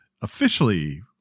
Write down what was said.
officially